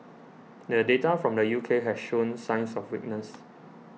the data from the U K has shown signs of weakness